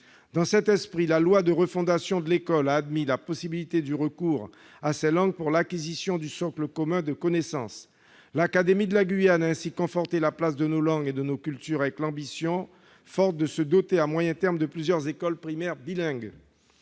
Dans cet esprit, la loi pour la refondation de l'école de la République a admis la possibilité du recours à ces langues pour l'acquisition du socle commun de connaissances. L'académie de Guyane a ainsi conforté la place de nos langues et de nos cultures, avec l'ambition forte de se doter, à moyen terme, de plusieurs écoles primaires bilingues.